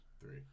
three